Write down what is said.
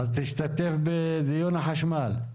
אז תשתתף בדיון החשמל.